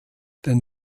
den